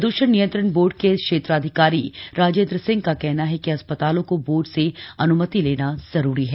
प्रद्रषण नियंत्रण बोर्ड के क्षेत्राधिकारी राजेन्द्र सिंह का कहना है कि अस्पतलों को बोर्ड से अन्मति लेना जरूरी है